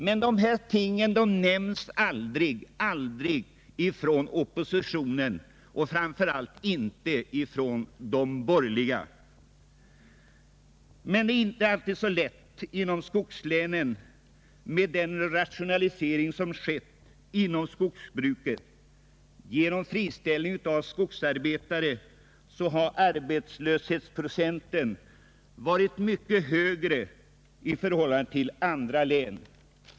Detta är emellertid sådant som aldrig nämns av oppositionen och framför allt inte av de borgerliga. De problem som förekommer inom skogslänen på grund av rationaliseringsverksamheten är inte lättlösta. Genom friställningen av skogsarbetare har arbetslöshetsprocenten blivit mycket högre än i andra län.